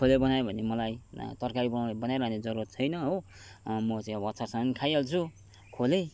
खोले बनाएँ भने मलाई तरकारी बना बनाइरहने जरुरत छैन हो म चाहिँ अचारसँग पनि खाइहाल्छु खोले